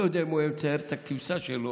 אני לא יודע אם הוא היה מצייר את הכבשה שלו,